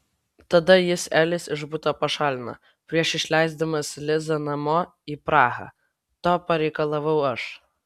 tada jis elis iš buto pašalino prieš išleisdamas lizą namo į prahą to pareikalavau aš